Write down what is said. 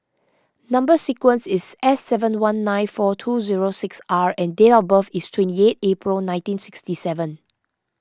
Number Sequence is S seven one nine two two zero six R and date of birth is twenty eight April nineteen sixty seven